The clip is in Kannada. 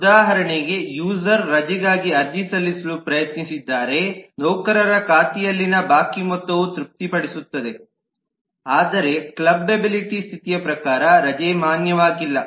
ಉದಾಹರಣೆಗೆ ಯೂಸರ್ ರಜೆಗಾಗಿ ಅರ್ಜಿ ಸಲ್ಲಿಸಲು ಪ್ರಯತ್ನಿಸಿದ್ದಾರೆ ನೌಕರರ ಖಾತೆಯಲ್ಲಿನ ಬಾಕಿ ಮೊತ್ತವು ತೃಪ್ತಿಪಡಿಸುತ್ತದೆ ಆದರೆ ಕ್ಲಬ್ಬೇಬಿಲಿಟಿ ಸ್ಥಿತಿಯ ಪ್ರಕಾರ ರಜೆ ಮಾನ್ಯವಾಗಿಲ್ಲ